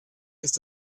ist